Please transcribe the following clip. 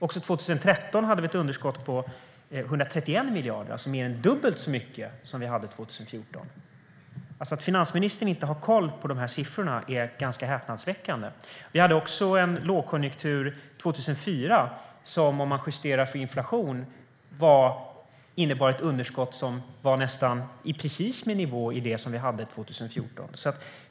Också 2013 hade vi ett underskott på 131 miljarder, alltså mer än dubbelt så mycket som vi hade 2014. Att finansministern inte har koll på dessa siffror är ganska häpnadsväckande. Vi hade också en lågkonjunktur 2004 som, om man justerar för inflation, innebar ett underskott som var nästan precis i nivå med det som vi hade 2014.